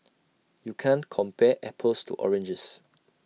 you can't compare apples to oranges